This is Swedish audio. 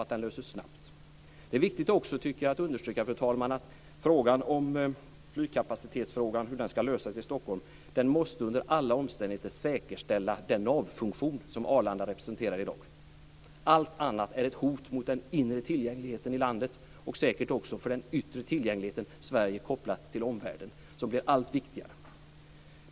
Jag tycker också, fru talman, att det är viktigt att understryka att en lösning av flygkapacitetsfrågan i Stockholmsregionen under alla omständigheter måste säkerställa den navfunktion som Arlanda har i dag. Allt annat är ett hot mot den inre tillgängligheten i landet och säkert också mot den yttre tillgängligheten, där Sverige kopplas till omvärlden, som blir allt viktigare.